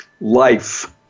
life